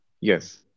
Yes